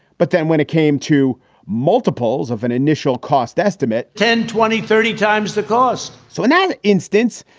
but then when it came to multiples of an initial cost estimate, ten, twenty, thirty times the cost. so in that instance,